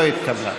לא התקבלה.